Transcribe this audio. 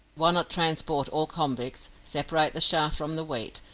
why not transport all convicts, separate the chaff from the wheat,